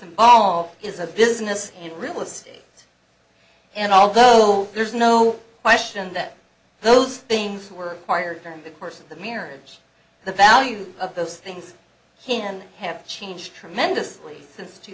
all is a business and real estate and although there's no question that those things were fired during the course of the marriage the value of those things can have changed tremendously since two